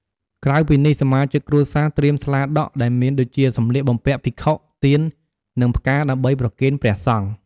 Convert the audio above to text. ក្រៅពីនេះ សមាជិកគ្រួសារត្រៀមស្លាដក់ ដែលមានដូចជាសម្លៀកបំពាក់ភិក្ខុ ទៀន និងផ្កាដើម្បីប្រគេនព្រះសង្ឃ។